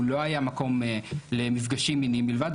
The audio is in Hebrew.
הוא לא היה מקום למפגשים מיניים בלבד,